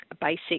basic